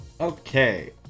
Okay